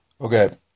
Okay